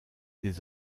des